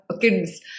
kids